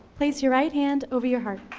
place your right hand over your heart.